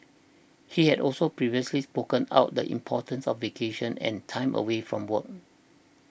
he had also previously spoken about the importance of vacation and time away from work